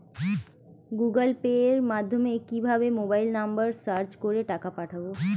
Google পের মাধ্যমে কিভাবে মোবাইল নাম্বার সার্চ করে টাকা পাঠাবো?